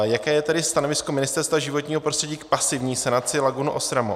Jaké je tedy stanovisko Ministerstva životního prostředí k pasivní sanaci lagun Ostramo?